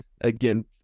again